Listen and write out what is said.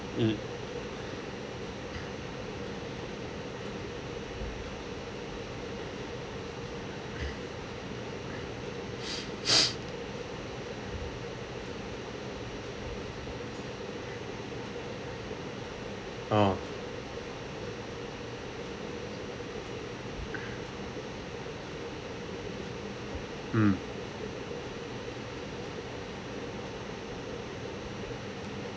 mm oh mm um